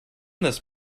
this